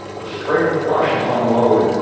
the straight flush is on the lode,